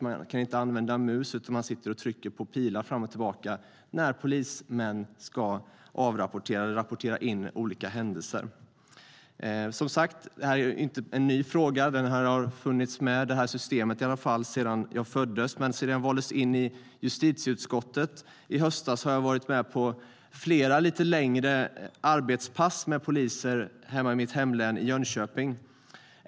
Man kan inte använda mus utan sitter och trycker på pilar fram och tillbaka. Detta används när polismän ska rapportera in olika händelser. Som sagt är det ingen ny fråga. Det här systemet har funnits med sedan jag föddes. Men sedan jag valdes in i justitieutskottet i höstas har jag varit med på flera lite längre arbetspass med poliser i mitt hemlän Jönköping.